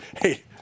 hey